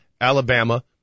Alabama